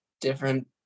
different